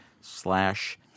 slash